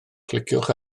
cliciwch